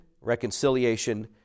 reconciliation